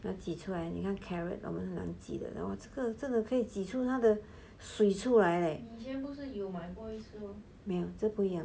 不要挤出来你看 carrot hor 他们真的可以挤出它的水出来 leh 没有这不一样的